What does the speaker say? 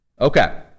Okay